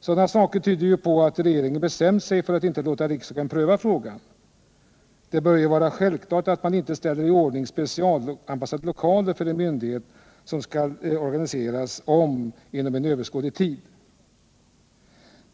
Sådana saker tyder ju på att regeringen bestämt sig för att inte låta riksdagen pröva frågan. Det bör vara självklart att man inte ställer i ordning specialanpassade lokaler för en myndighet som inom överskådlig tid skall organiseras om.